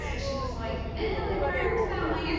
she was like, oh, i burns down like there!